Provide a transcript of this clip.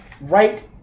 right